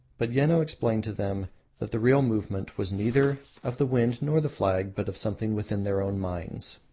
but yeno explained to them that the real movement was neither of the wind nor the flag, but of something within their own minds.